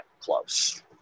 close